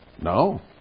No